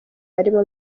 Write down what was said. harimo